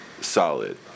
solid